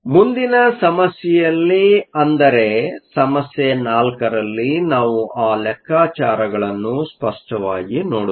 ಮುಂದಿನ ಸಮಸ್ಯೆಯಲ್ಲಿ ಅಂದರೇ ಸಮಸ್ಯೆ 4 ರಲ್ಲಿ ನಾವು ಆ ಲೆಕ್ಕಾಚಾರಗಳನ್ನು ಸ್ಪಷ್ಟವಾಗಿ ನೋಡುತ್ತೇವೆ